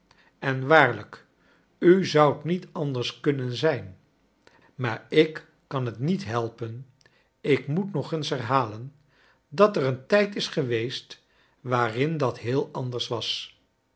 en waarlijk u zoudfc niet anders kunnen zijn maar ik kan het niet helpen ik moet nog eens herhalen dat er een tijd is geweest waarin dat heel anders was